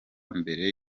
mbere